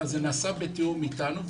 אלא זה נעשה בתיאום אתנו.